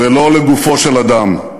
לא לגופו של אדם.